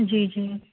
جی جی